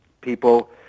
people